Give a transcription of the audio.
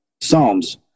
Psalms